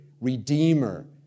redeemer